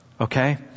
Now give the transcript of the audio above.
Okay